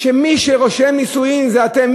שמי שרושם נישואין זה אתם,